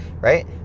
right